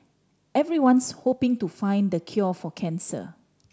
everyone's hoping to find the cure for cancer